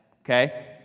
Okay